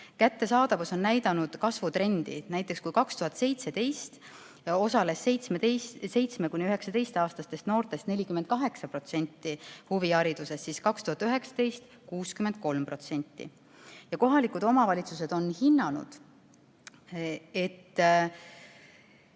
Kättesaadavus on näidanud kasvutrendi. Näiteks kui 2017 osales 7–19-aastastest noortest 48% huvihariduses, siis 2019 juba 63%. Ja kohalikud omavalitsused on hinnanud, et